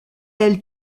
elle